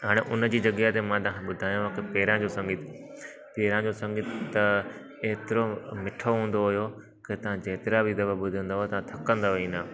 त हाणे उनजी जॻहि ते मां तव्हां खे ॿुधायांव थो पहिरां जो संगीत पहिरां जो संगीत त एतिरो मिठो हूंदो हुयो कि तव्हां जेतिरा बि दफ़ा ॿुधंदव तव्हां थकंदव ई न